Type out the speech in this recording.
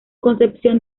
concepción